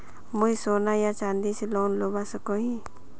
मुई सोना या चाँदी से लोन लुबा सकोहो ही?